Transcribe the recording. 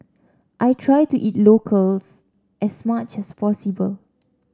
I try to eat locals as much as possible